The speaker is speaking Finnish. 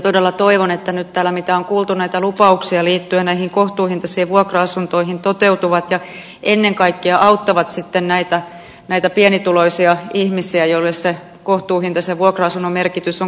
todella toivon että nämä kohtuuhintaisiin vuokra asuntoihin liittyvät lupaukset mitä on kuultu näitä lupauksia liittyä näihin kohtuuhintaisia täällä toteutuvat ja ennen kaikkea auttavat näitä pienituloisia ihmisiä joille sen kohtuuhintaisen vuokra asunnon merkitys on kaikkein suurin